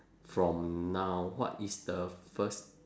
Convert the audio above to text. from now what is the first